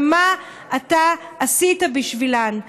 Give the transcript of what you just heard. ומה אתה עשית בשבילן?